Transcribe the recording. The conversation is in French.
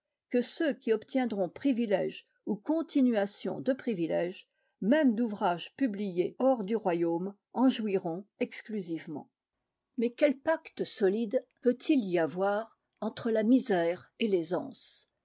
que ceux qui obtiendront privilège ou continuation de privilège même d'ouvrages publiés hors du royaume en jouiront exclusivement mais quel pacte solide peut-il y avoir entre la misère et l'aisance